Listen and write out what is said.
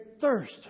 thirst